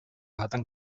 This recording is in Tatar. хатын